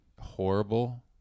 horrible